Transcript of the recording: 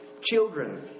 children